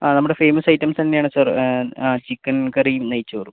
ആ നമ്മുടെ famous items തന്നെ ആണ് സാർ ആ ചിക്കൻ കറിയും നെയ്ച്ചോറും